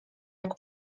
jak